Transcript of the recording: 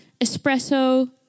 espresso